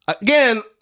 Again